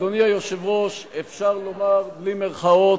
אדוני היושב-ראש, אפשר לומר בלי מירכאות: